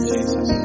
Jesus